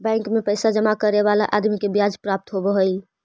bank में पैसा जमा करे वाला आदमी के ब्याज प्राप्त होवऽ हई